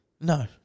No